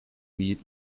beat